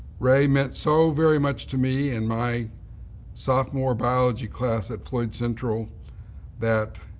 ray meant so very much to me and my sophomore biology class at floyd central that